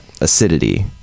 acidity